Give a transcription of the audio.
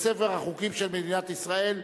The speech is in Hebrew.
לספר החוקים של מדינת ישראל.